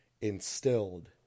instilled